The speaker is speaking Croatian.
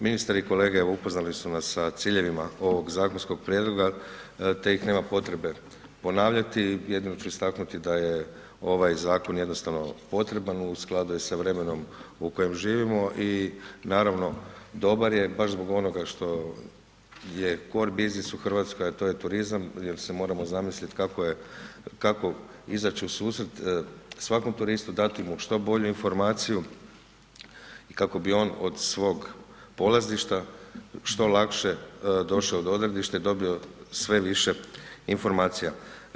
Ministar i kolege upoznali su nas sa ciljevima ovog zakonskog prijedloga te ih nema potrebe ponavljati, jedino ću istaknuti da je ovaj zakon jednostavno potreban, u skladu je sa vremenom u kojem živimo i naravno dobar je, baš zbog onoga što je core biznis u Hrvatskoj a to je turizam jer se moramo zamislit kako izaći u susret svakom turistu, dati mu što bolju informaciju i kako bi on od svog polazišta što lakše došao do odredišta i dobio sve više informacija.